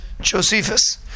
Josephus